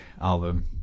album